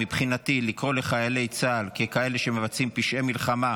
מבחינתי לקרוא לחיילי צה"ל כאלה שמבצעים פשעי מלחמה,